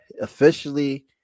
Officially